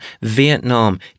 Vietnam